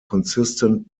consistent